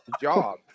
job